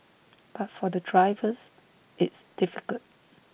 but for the drivers it's difficult